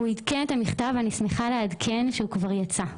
הא עדכן את המכתב, ואני שמחה לעדכן שהוא כבר יצא.